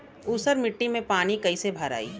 ऊसर मिट्टी में पानी कईसे भराई?